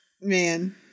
man